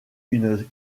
une